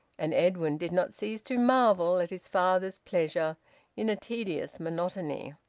and edwin did not cease to marvel at his father's pleasure in a tedious monotony.